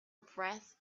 breath